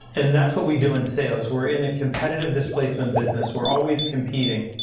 and that's what we do in sales. we're in a competitive displacement business. we're always competing,